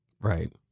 Right